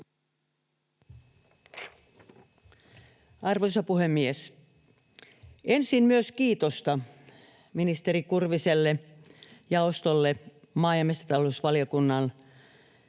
Arvoisa puhemies! Ensin myös kiitosta ministeri Kurviselle, jaostolle ja maa- ja metsätalousvaliokunnan